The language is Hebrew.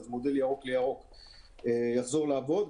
אז מודל ירוק לירוק יחזור לעבוד.